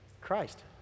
Christ